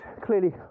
clearly